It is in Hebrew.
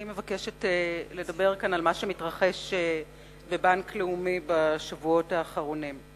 אני מבקשת לדבר כאן על מה שמתרחש בבנק לאומי בשבועות האחרונים.